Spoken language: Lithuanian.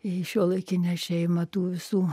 į šiuolaikinę šeimą tų visų